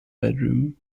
bedroom